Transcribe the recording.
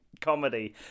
comedy